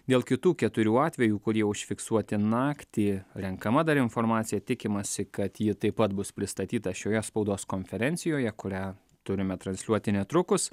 dėl kitų keturių atvejų kurie užfiksuoti naktį renkama dar informacija tikimasi kad ji taip pat bus pristatyta šioje spaudos konferencijoje kurią turime transliuoti netrukus